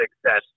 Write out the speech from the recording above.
success